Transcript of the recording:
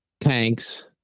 tanks